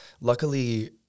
Luckily